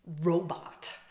robot